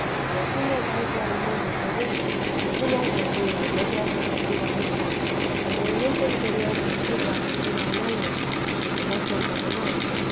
y ansí me acaece algunas y muchas veces unas me río y otras me fatigo mucho el movimiento interior me incita a que sirva en algo deque no soy para más